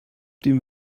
dem